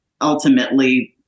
ultimately